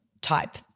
type